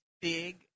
big